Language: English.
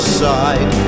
side